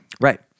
right